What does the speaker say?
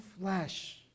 flesh